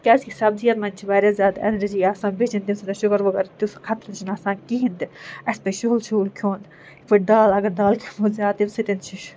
کیٛازِکہِ سَبزین منٛز چھِ واریاہ زیادٕ اٮ۪نَرجی آسان بیٚیہِ چھِنہٕ تَمہِ سۭتٮ۪ن شُگر وُگر تٮُ۪تھ خطرٕ چھُنہٕ آسان کہیٖنٛۍ تہِ اَسہِ پَزِ شُہُل شُہُل کھیوٚن یِتھٕ پٲٹھۍ دال اگر دال کھٮ۪مو زیادٕ تَمہِ سۭتٮ۪ن چھُ